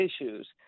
issues